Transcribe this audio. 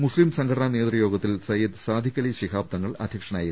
മുസ്ലീംസംഘടനാ നേതൃയോഗത്തിൽ സയ്യിദ് സാദിഖ് അലി ശിഹാബ് തങ്ങൾ അധ്യക്ഷനായിരുന്നു